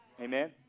Amen